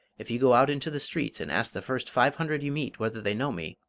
if you go out into the streets and ask the first five hundred you meet whether they know me,